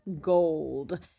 gold